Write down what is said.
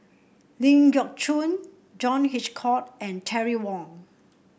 Ling Geok Choon John Hitchcock and Terry Wong